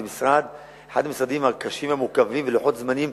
זה אחד המשרדים הקשים והמורכבים ולוח-הזמנים